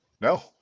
No